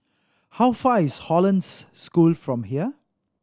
how far is Hollandse School from here